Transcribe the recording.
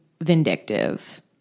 vindictive